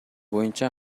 боюнча